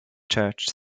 church